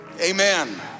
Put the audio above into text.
Amen